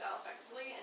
effectively